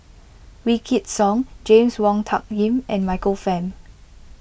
Wykidd Song James Wong Tuck Yim and Michael Fam